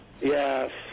Yes